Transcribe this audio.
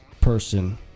person